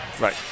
Right